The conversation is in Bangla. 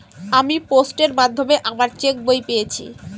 আমি পোস্টের মাধ্যমে আমার চেক বই পেয়েছি